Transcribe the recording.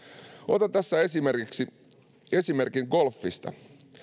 otan tässä esimerkin golfista